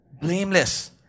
Blameless